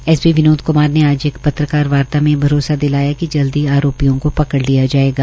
S P Vinod Kumar ने आज एक पत्रकारवार्ता में भरोसा दिलाया कि जल्द ही आरोपियों को पकड़ लिया जायेगा